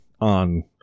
on